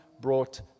brought